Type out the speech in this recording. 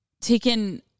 taken